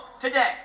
today